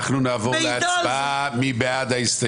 נצביע על הסתייגות 223. מי בעד?